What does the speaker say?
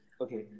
Okay